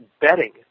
betting